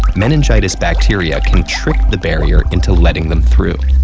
meningitis bacteria can trick the barrier into letting them through.